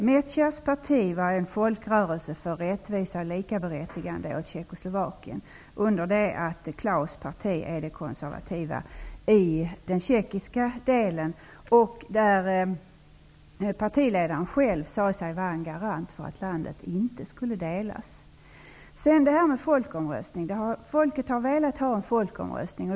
Meciars parti var en folkrörelse för rättvisa och likaberättigande åt Tjeckoslovakien, under det att Klaus parti är det konservativa partiet i den tjeckiska delen. Där sade sig partiledaren själv vara en garant för att landet inte skulle delas. Folket har velat ha en folkomröstning.